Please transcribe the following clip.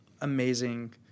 amazing